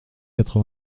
quatre